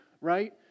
Right